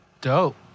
Dope